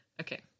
okay